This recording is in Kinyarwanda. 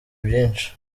byinshi